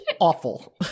awful